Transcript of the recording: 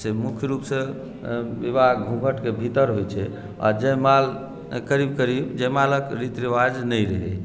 से मुख्य रुपसँ विवाह घुँघटके भीतर होइ छै आ जयमाल करीब करीब जयमालक रीति रिवाज नहि रहै